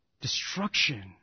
destruction